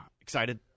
excited